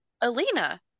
Alina